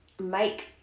Mike